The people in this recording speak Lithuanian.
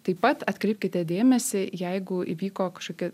taip pat atkreipkite dėmesį jeigu įvyko kažkokie